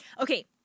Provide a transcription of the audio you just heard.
okay